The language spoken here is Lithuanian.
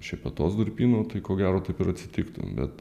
šepetos durpyno tai ko gero taip ir atsitiktų bet